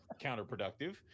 counterproductive